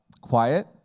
quiet